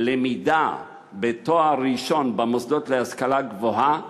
למידה לתואר ראשון במוסדות להשכלה גבוהה